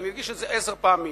ואני אדגיש את זה עשר פעמים,